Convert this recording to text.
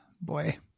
Boy